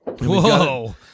Whoa